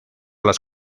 las